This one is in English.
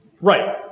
Right